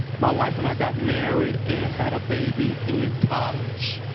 my wife and i got married and had a baby in college.